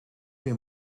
meer